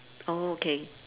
okay